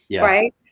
right